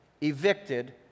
evicted